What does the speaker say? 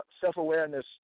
self-awareness